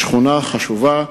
שכונה חשובה,